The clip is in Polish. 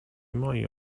moje